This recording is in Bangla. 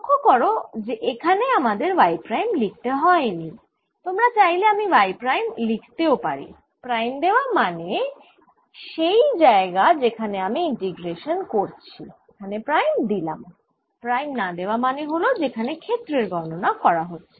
লক্ষ্য করো যে এখানে আমাদের প্রাইম লিখতে হয়নি তোমরা চাইলে আমি প্রাইম লিখতেও পারি প্রাইম দেওয়া মানে সেই জায়গা যেখানে আমি ইন্টিগ্রেশান করছি এখানে প্রাইম দিলাম প্রাইম না দেওয়া মানে হল যেখানে ক্ষেত্রের গণনা করা হচ্ছে